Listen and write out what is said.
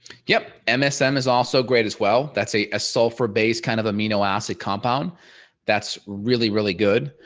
yep msm is also great as well. that's a sulfur based kind of amino acid compound that's really really good.